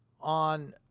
on